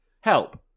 Help